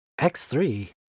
X3